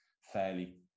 fairly